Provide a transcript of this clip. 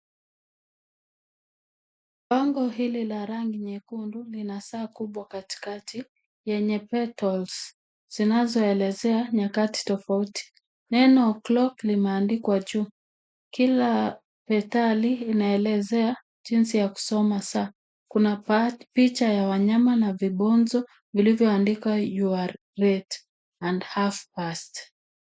Bango hili la rangi nyekundu lina saa kubwa katikati lenye pedals zinazoelezea nyakati tofauti. Neno o'clock limeandikwa juu. Methali inaelezea jijsi ya kusoma saa. Kuna picha ya wanyama na vibonzo iliyoandikwa you are late and half past